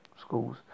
schools